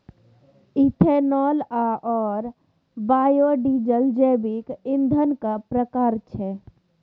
ethanol आओर biodiesel जैविक ईंधनक प्रकार छै